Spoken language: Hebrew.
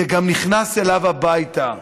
זה גם נכנס אליו הביתה.